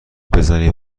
بزنید